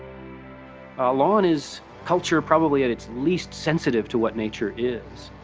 ah lawn is culture probably at its least sensitive to what nature is.